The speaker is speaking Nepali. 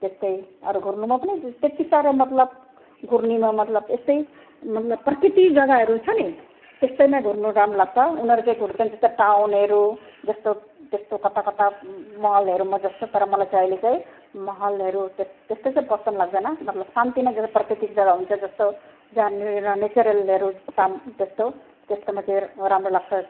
त्यस्तै अरू घुर्नुमा पनि त्यत्तिसाह्रो मतलब घुर्नेमा मतलब यस्तै मतलब प्रकृति जग्गाहरू छ नि त्यस्तैमै घुर्नु राम्रो लाग्छ उनीहरू चाहिँ घुर्छन् जस्तै टाउनहरू जस्तो त्यस्तो कता कता महलहरूमा जस्तो तर मलाई चाहिँ अहिले चाहिँ महलहरू त्यस्तो त्यस्तो चाहिँ पसन्द लाग्दैन मतलब सानतिनो जस्तो प्राकृतिक जग्गा हुन्छ जस्तो जहाँनिर नेचरलहरू छ त्यस्तो त्यस्तोमा चाहिँ राम्रो लाग्छ